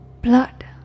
blood